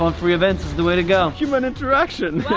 um free events is the way to go human interaction